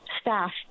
staff